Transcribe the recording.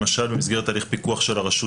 למשל במסגרת הליך פיקוח של הרשות,